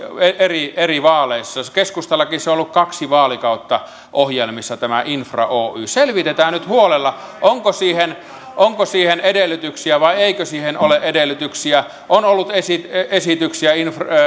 eri eri vaaleissa keskustallakin on ollut kaksi vaalikautta ohjelmissa tämä infra oy selvitetään nyt huolella onko siihen onko siihen edellytyksiä vai eikö siihen ole edellytyksiä on ollut esityksiä esityksiä